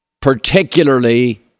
particularly